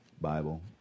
Bible